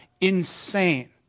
insane